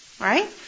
right